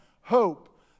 Hope